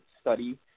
study